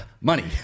money